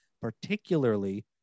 particularly